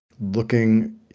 looking